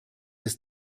ist